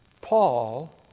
Paul